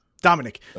Dominic